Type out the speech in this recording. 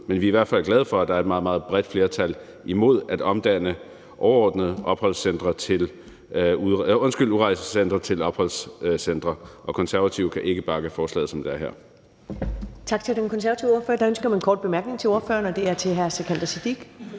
men vi er i hvert fald glade for, at der er et meget, meget bredt flertal imod at omdanne overordnede udrejsecentre til opholdscentre. Konservative kan ikke bakke forslaget op, som det er her.